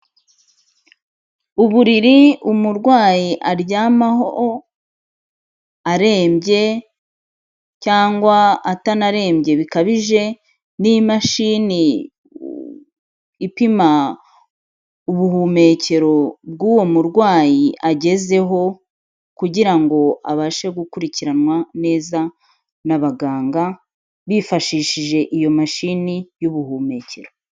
Uburiri umurwayi aryamaho, arembye, cyangwa atanarembye bikabije, n'imashini ipima ubuhumekero bw'uwo murwayi agezeho, kugira ngo abashe gukurikiranwa neza n'abaganga, bifashishije iyo mashini y'ubuhumekero.